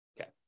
Okay